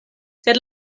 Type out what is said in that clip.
sed